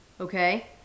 okay